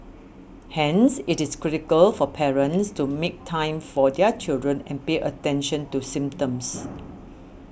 hence it is critical for parents to make time for their children and pay attention to symptoms